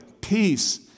peace